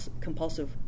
compulsive